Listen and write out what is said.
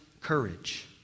courage